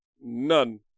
none